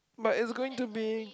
but it's going to be